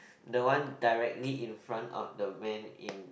the one directly in front of the man in